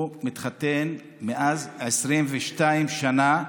הוא התחתן לפני 22 שנה,